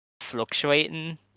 fluctuating